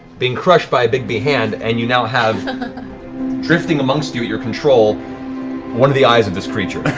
being crushed by a bigby hand, and you now have drifting amongst you at your control one of the eyes of this creature.